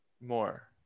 more